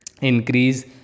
increase